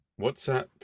WhatsApp